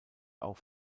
auch